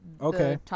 Okay